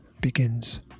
begins